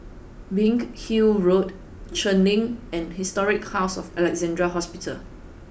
Biggin Hill Road Cheng Lim and Historic House of Alexandra Hospital